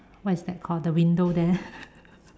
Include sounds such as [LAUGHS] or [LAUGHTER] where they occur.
what is that called the window there [LAUGHS]